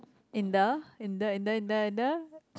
in the in the in the in the in the